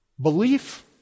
belief